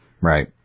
Right